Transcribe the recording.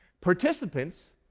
participants